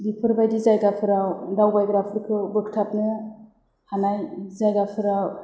बिफोरबादि जायगाफ्राव दावबायग्राफोरखौ बोगथाबनो हानाय जायगाफोराव